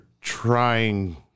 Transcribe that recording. trying